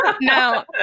No